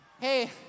hey